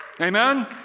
Amen